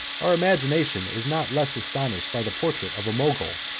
our imagination is not less astonished by the portrait of a mogul,